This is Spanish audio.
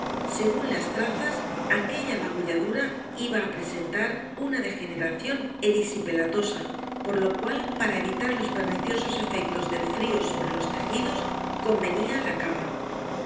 según las trazas aquella magulladura iba á presentar una degeneración erisipelatosa por lo cual para evitar los perniciosos efectos del frío sobre los tejidos convenía la cama